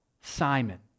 Simon